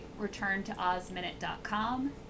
returntoozminute.com